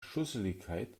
schusseligkeit